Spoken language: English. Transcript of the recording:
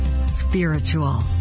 spiritual